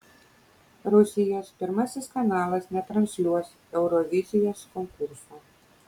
rusijos pirmasis kanalas netransliuos eurovizijos konkurso